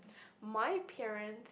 my parents